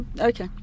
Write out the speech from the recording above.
okay